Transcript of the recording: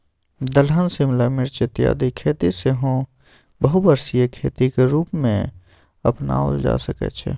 दलहन शिमला मिर्च इत्यादिक खेती सेहो बहुवर्षीय खेतीक रूपमे अपनाओल जा सकैत छै